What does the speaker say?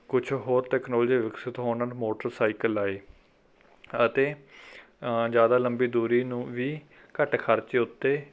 ਕੁਛ ਹੋਰ ਟੈਕਨੋਲਜੀ ਵਿਕਸਿਤ ਹੋਣ ਨਾਲ ਮੋਟਰਸਾਈਕਲ ਆਏ ਅਤੇ ਜ਼ਿਆਦਾ ਲੰਬੀ ਦੂਰੀ ਨੂੰ ਵੀ ਘੱਟ ਖਰਚੇ ਉੱਤੇ